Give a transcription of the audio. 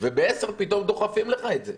ובשעה עשר, פתאום דוחפים לך את זה.